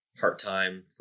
part-time